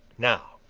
now,